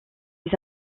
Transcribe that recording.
les